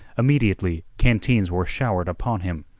immediately canteens were showered upon him.